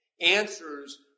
answers